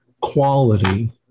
quality